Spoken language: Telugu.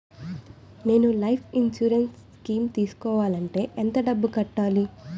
నేను లైఫ్ ఇన్సురెన్స్ స్కీం తీసుకోవాలంటే ఎంత డబ్బు కట్టాలి?